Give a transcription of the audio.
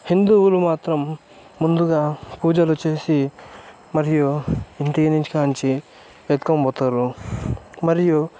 హిందువులు మాత్రం ముందుగా పూజలు చేసి మరియు ఇంటినించి కాంచి ఎత్తుకొనిపోతారు మరియు